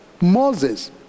Moses